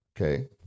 okay